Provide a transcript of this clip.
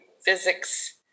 physics